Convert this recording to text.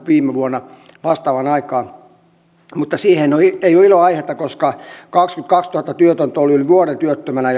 viime vuonna vastaavaan aikaan mutta siinä ei ole ilonaihetta koska kaksikymmentäkaksituhatta työtöntä on ollut yli vuoden työttömänä